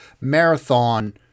marathon